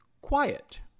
quiet